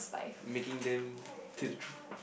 making them tell the truth